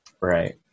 right